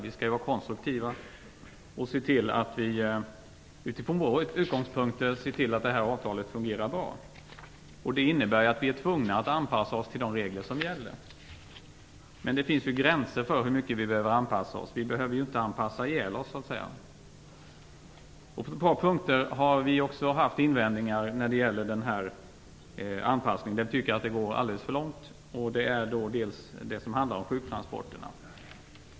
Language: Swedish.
Vi skall vara konstruktiva och utifrån våra utgångspunkter se till att avtalet fungerar bra. Det innebär att vi är tvungna att anpassa oss till de regler som gäller. Men det finns gränser för hur mycket vi behöver anpassa oss. Vi behöver inte anpassa ihjäl oss. På ett par punkter har vi haft invändningar när det gäller anpassningen. Vi tycker att det går alltför långt i fråga om sjuktransporterna.